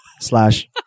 slash